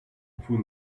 vous